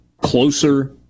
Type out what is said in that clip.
closer